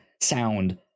sound